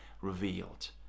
revealed